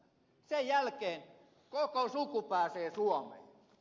sen jälkeen koko suku pääsee suomeen